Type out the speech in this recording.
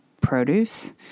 produce